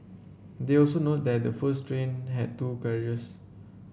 they also note that the first train had two carriages